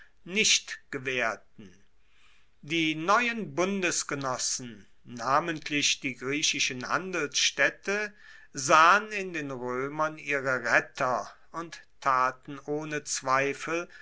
nicht gewaehrten die neuen bundesgenossen namentlich die griechischen handelsstaedte sahen in den roemern ihre retter und taten ohne zweifel